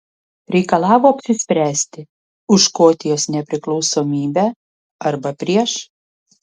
reikalavo apsispręsti už škotijos nepriklausomybę arba prieš